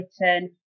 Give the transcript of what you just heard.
written